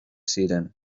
ziren